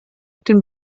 den